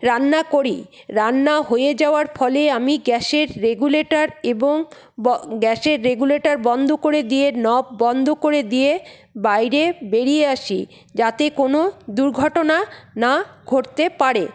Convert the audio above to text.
রান্না করি রান্না হয়ে যাওয়ার ফলে আমি গ্যাসের রেগুলেটর এবং গ্যাসের রেগুলেটর বন্ধ করে দিয়ে নব বন্ধ করে দিয়ে বাইরে বেরিয়ে আসি যাতে কোনো দুর্ঘটনা না ঘটতে পারে